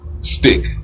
stick